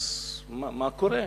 אז מה קורה?